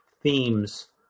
themes